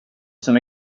som